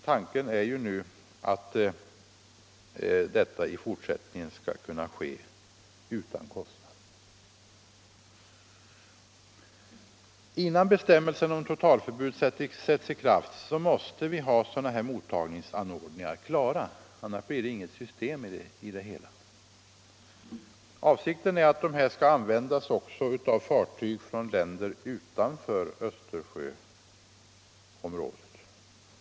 Tanken är nu att detta i fortsättningen skall kunna ske utan kostnad. Innan bestämmelsen om totalförbud träder i kraft måste vi ha sådana här mottagningsanordningar klara — annars blir det inget system i det hela. Avsikten är att de skall användas också av fartyg från länder utanför Östersjöområdet.